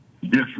Yes